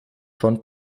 von